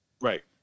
Right